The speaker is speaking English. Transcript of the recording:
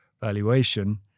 valuation